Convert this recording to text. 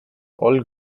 old